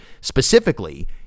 specifically